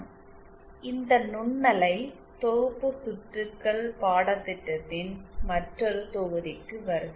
இந்த 'நுண்ணலை தொகுப்பு சுற்றுகள்' 'Microwave Integrated Circuits' பாடத்திட்டத்தின் மற்றொரு தொகுதிக்கு வருக